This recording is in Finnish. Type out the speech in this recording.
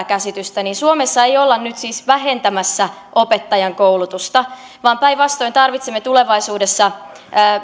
käsitystä että suomessa ei olla nyt siis vähentämässä opettajankoulutusta vaan päinvastoin tarvitsemme tulevaisuudessa